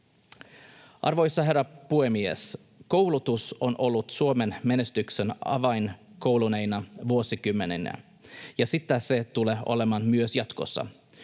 Arvoisa puhemies! Koulutus on ollut Suomen menestyksen avain kuluneina vuosikymmeninä, ja sitä se tulee olemaan myös jatkossa.